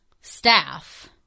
staff